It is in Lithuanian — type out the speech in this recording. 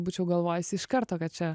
būčiau galvojusi iš karto kad čia